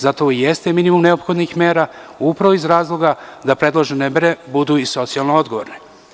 Zato ovo jeste minimum neophodnih mera, upravo iz razloga, da predložene mere budu i socijalno odgovorne.